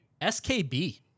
SKB